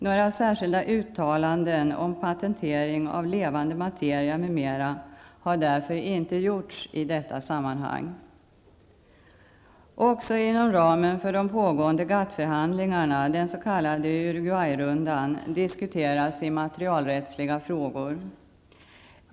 Några särskilda uttalanden om patentering av levande materia m.m. har därför inte gjorts i detta sammanhang. Också inom ramen för de pågående GATT förhandlingarna, den s.k. Uruguayrundan, diskuteras immaterialrättsliga frågor.